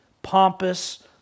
pompous